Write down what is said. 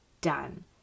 done